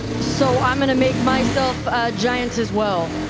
so i'm going to make myself giant as well.